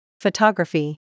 Photography